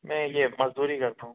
मैं ये मज़दूरी करता हूँ